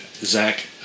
Zach